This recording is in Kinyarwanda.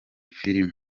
filimi